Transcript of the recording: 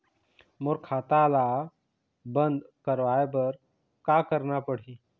मोर खाता ला बंद करवाए बर का करना पड़ही?